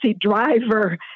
driver